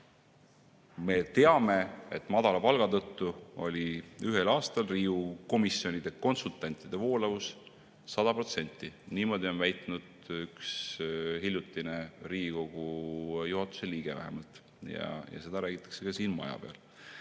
me teame, et madala palga tõttu oli ühel aastal Riigikogu komisjonide konsultantide voolavus 100%. Niimoodi on väitnud vähemalt üks hiljutine Riigikogu juhatuse liige ja seda räägitakse ka siin maja peal.